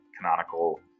canonical